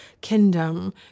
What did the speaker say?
kingdom